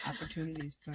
Opportunities